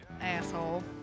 asshole